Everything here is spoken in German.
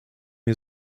mir